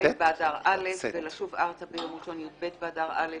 ח' באדר א', ולשוב ארצה ביום ראשון, י"ב באדר א',